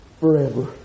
forever